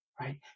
right